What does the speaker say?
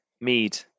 Mead